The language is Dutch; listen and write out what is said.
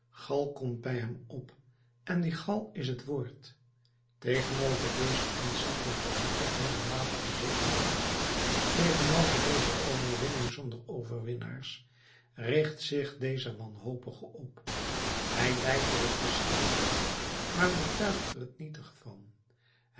gal komt bij hem op en die gal is het woord tegenover deze ontzaggelijke en toch middelmatige zegepraal tegenover deze overwinning zonder overwinnaars richt zich deze wanhopige op hij lijdt er het verschrikkelijke maar betuigt er het nietige van